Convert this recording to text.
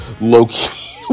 loki